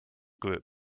group